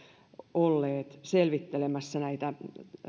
olleet selvittelemässä näitä